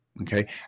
okay